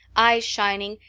eyes shining,